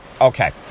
Okay